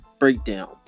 breakdown